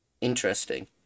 interesting